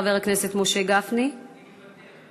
חבר הכנסת משה גפני, מוותר,